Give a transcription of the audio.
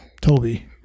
Toby